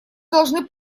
должны